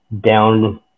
down